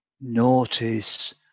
notice